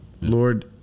Lord